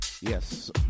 Yes